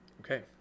Okay